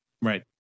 right